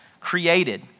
created